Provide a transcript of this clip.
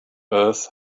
earth